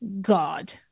God